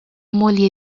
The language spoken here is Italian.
moglie